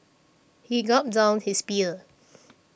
he gulped down his beer